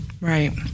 Right